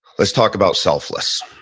let's talk about selfless.